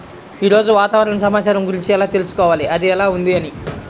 ఈరోజు వాతావరణ సమాచారం గురించి ఎలా తెలుసుకోవాలి అది ఎలా ఉంది అని?